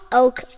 oak